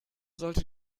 sollte